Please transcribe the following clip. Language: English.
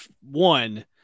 One